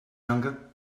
younger